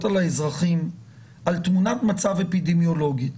על האזרחים על תמונת מצב אפידמיולוגית.